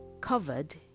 covered